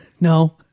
no